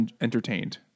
entertained